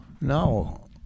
No